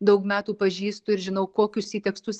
daug metų pažįstu ir žinau kokius ji tekstus